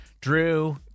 Drew